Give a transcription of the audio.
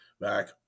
back